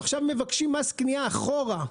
הם עכשיו מבקשים מס קנייה אחורה,